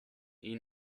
ihn